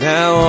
Now